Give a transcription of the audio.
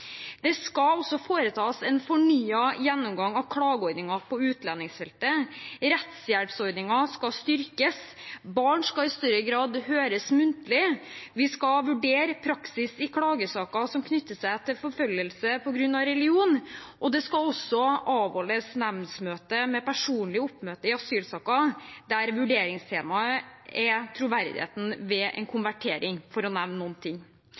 Det skal også foretas en fornyet gjennomgang av klageordningen på utlendingsfeltet, rettshjelpsordningen skal styrkes, barn skal i større grad høres muntlig, vi skal vurdere praksis i klagesaker som knytter seg til forfølgelse på grunn av religion, og det skal også avholdes nemndsmøte med personlig oppmøte i asylsaker der vurderingstemaet er troverdigheten ved en konvertering – for å nevne